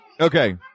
Okay